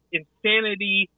insanity